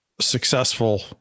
successful